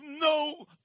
no